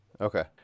Okay